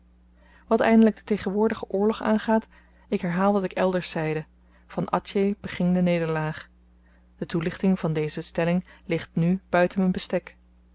wat eindelyk den tegenwoordigen oorlog aangaat ik herhaal wat ik elders zeide van atjeh beging de nederlaag de toelichting van deze stelling ligt nu buiten m'n bestek